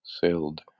sailed